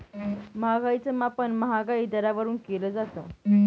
महागाईच मापन महागाई दरावरून केलं जातं